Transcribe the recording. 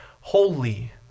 holy